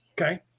Okay